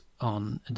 on